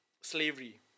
Slavery